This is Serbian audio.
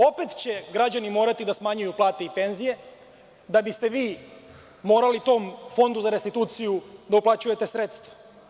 Opet će građani morati da smanjuju plate i penzije da biste vi morali tom Fondu za restituciju da uplaćujete sredstva.